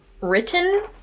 written